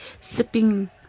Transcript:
sipping